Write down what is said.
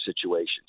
situations